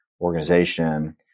organization